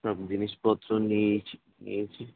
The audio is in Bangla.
সব জিনিসপত্র নিয়েছি নিয়েছি